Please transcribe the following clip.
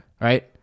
Right